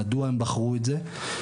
מדוע הם בחרו את זה.